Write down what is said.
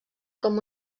com